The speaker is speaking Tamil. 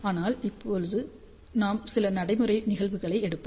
ஆனால் இப்போது நாம் சில நடைமுறை நிகழ்வுகளை எடுப்போம்